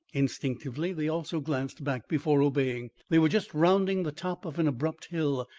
instinctively they also glanced back before obeying. they were just rounding the top of an abrupt hill,